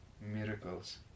miracles